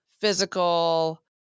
physical